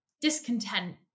discontent